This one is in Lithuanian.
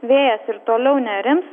vėjas ir toliau nerims